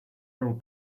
role